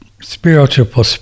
spiritual